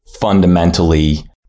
fundamentally